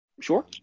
Sure